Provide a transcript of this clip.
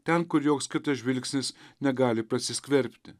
ten kur joks kitas žvilgsnis negali prasiskverbti